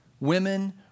Women